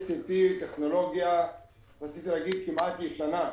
זו טכנולוגיה כמעט ישנה,